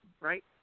right